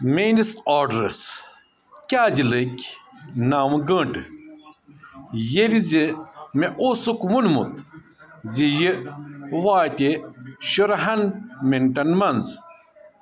میٛٲنِس آرڈرَس کیٛازِ لٔگۍ نَو گٲنٛٹہٕ ییٚلہِ زِ مےٚ اوسُکھ ووٚنمُت زِ یہِ واتہِ شُرہَن مِنٹَن منٛز